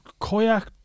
Kayak